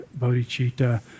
Bodhicitta